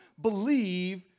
believe